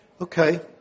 Okay